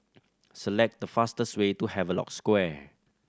select the fastest way to Havelock Square